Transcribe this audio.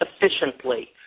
efficiently